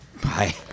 Bye